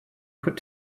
could